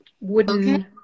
wooden